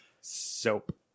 Soap